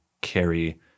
carry